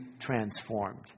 transformed